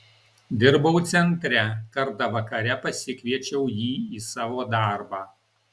dirbau centre kartą vakare pasikviečiau jį į savo darbą